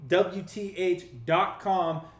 WTH.com